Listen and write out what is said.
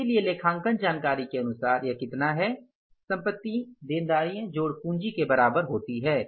इसलिए लेखांकन जानकारी के अनुसार यह कितना है संपत्ति देनदारियों जोड़ पूंजी के बराबर है